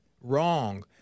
wrong